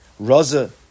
Raza